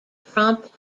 prompt